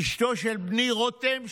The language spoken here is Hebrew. אשתו של בני רותם,